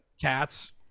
cats